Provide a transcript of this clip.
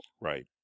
Right